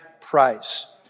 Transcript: price